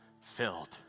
filled